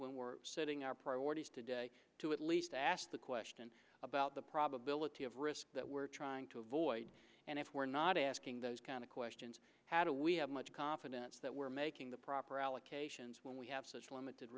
when we're setting our priorities today to at least ask the question about the probability of risk that we're trying to avoid and if we're not asking those kind of questions how do we have much confidence that we're making the proper allocations when we have such limited